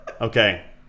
Okay